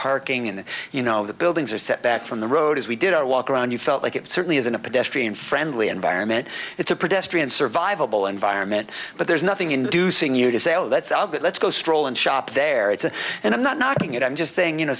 parking and you know the buildings are set back from the road as we did our walk around you felt like it certainly isn't a pedestrian friendly environment it's a protest and survivable environment but there's nothing inducing you to say oh that's all good let's go stroll and shop there it's and i'm not knocking it i'm just saying you know